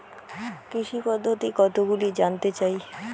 কৃষি পদ্ধতি কতগুলি জানতে চাই?